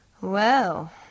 Well